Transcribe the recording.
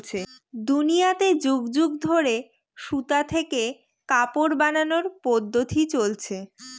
দুনিয়াতে যুগ যুগ ধরে সুতা থেকে কাপড় বানানোর পদ্ধপ্তি চলছে